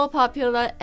popular